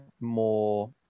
more